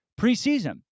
preseason